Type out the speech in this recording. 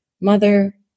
mother